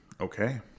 Okay